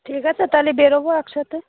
ঠিক আছে তাহলে বেরোবো একসাথে